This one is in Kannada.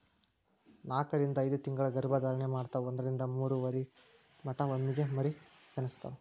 ನಾಕರಿಂದ ಐದತಿಂಗಳ ಗರ್ಭ ಧಾರಣೆ ಮಾಡತಾವ ಒಂದರಿಂದ ಮೂರ ಮರಿ ಮಟಾ ಒಮ್ಮೆಗೆ ಮರಿ ಜನಸ್ತಾವ